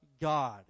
god